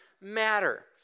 matter